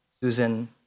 Susan